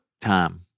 time